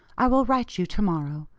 i will write you to-morrow.